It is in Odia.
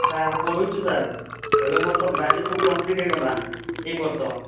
ସାର୍ ପଢ଼ୁଛି ସାର୍ ଏବେ ମୋର ତ ଗ୍ରାଜୁଏସନ୍ କମ୍ପ୍ଲିଟ୍ ହୋଇଗଲା ଏହି ବର୍ଷ